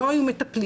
לא היו מטפלים,